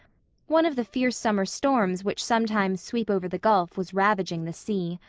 one of the fierce summer storms which sometimes sweep over the gulf was ravaging the sea.